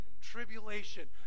tribulation